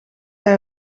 hij